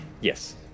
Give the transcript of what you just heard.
Yes